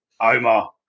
Omar